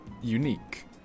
Unique